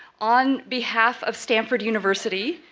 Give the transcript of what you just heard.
on behalf of stanford university,